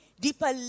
Deeper